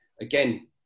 Again